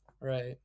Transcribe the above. Right